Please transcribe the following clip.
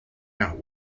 out